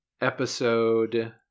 episode